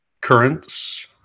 Currents